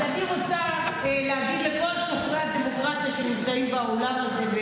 אז אני רוצה להגיד לכל שוחרי הדמוקרטיה שנמצאים באולם הזה,